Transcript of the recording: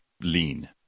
lean